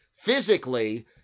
Physically